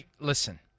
Listen